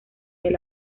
del